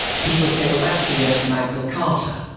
people say, well, that's against magna carter.